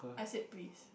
I said please